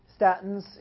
statins